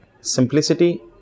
Simplicity